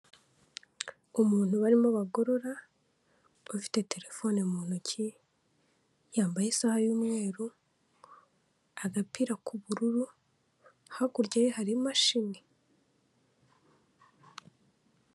Umuntu barimo abagorora ubafite terefone mu ntoki, yambaye isaha y'umweru, agapira k'ubururu, hakurya ye hari imashini.